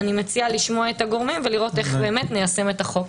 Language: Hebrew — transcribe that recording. אני מציעה לשמור את הגורמים ולראות איך באמת ניישם את החוק.